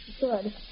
Good